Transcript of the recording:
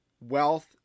wealth